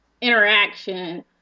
interaction